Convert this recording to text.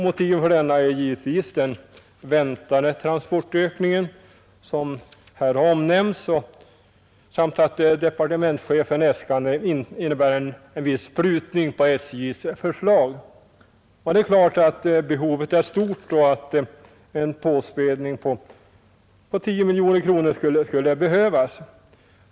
Motiven är givetvis den väntade transportökning som här omnämnts samt att departementschefens äskande innebär en viss prutning på SJ:s förslag. Behovet är givetvis stort, och en påspädning på 10 miljoner kronor skulle behövas.